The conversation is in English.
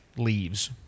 leaves